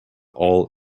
all